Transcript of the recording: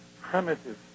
primitive